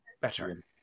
better